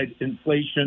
inflation